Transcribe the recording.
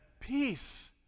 Peace